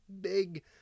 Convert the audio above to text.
big